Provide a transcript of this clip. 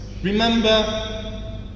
Remember